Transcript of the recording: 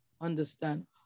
understand